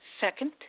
Second